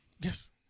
Yes